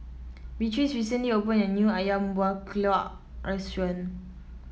Beatrice recently opened a new ayam Buah Keluak restaurant